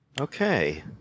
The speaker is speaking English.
Okay